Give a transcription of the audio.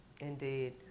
Indeed